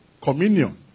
Communion